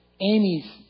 Amy's